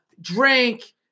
Drink